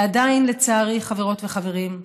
ועדיין, לצערי, חברות וחברים,